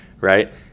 right